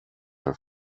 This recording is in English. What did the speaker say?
are